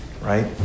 right